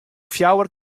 fjouwer